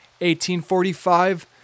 1845